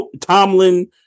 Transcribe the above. Tomlin